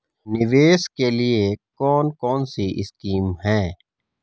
निवेश के लिए कौन कौनसी स्कीम हैं?